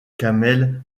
kamel